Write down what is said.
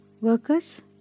Workers